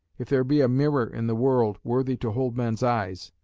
if there be a mirror in the world worthy to hold men's eyes,